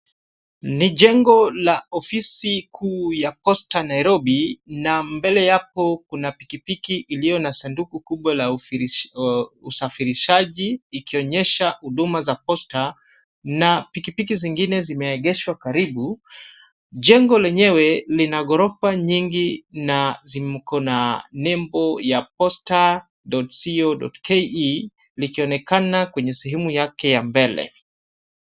Ni jengo la ofisi kuu ya posta Nairobi na mbele yapo kuna pikipiki iliyo na sanduku kubwa la usafirishaji ikionyesha huduma za posta na pikipiki zingine zimeegeshwa karibu. Jengo lenyewe lina ghorofa nyingi na ziko na nembo ya posta.co.ke likionekana kwenye sehemu yake ya mbele.